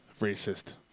Racist